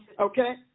Okay